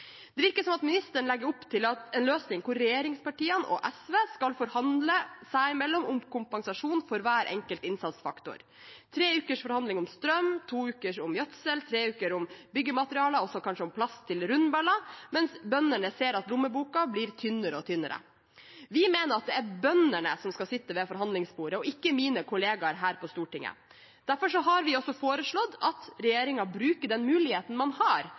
Det virker som at ministeren legger opp til en løsning hvor regjeringspartiene og SV skal forhandle seg imellom om kompensasjon for hver enkelt innsatsfaktor – tre ukers forhandling om strøm, to uker om gjødsel, tre uker om byggematerialer, og så kanskje om plass til rundballer – mens bøndene ser at lommeboka blir tynnere og tynnere. Vi mener at det er bøndene som skal sitte ved forhandlingsbordet, og ikke mine kollegaer her på Stortinget. Derfor har vi også foreslått at regjeringen bruker den muligheten man har